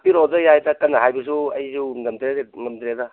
ꯍꯥꯞꯄꯤꯔꯛꯑꯣꯗ ꯌꯥꯏꯗ ꯀꯟꯅ ꯍꯥꯕꯁꯨ ꯑꯩꯁꯨ ꯉꯝꯗ꯭ꯔꯦꯗ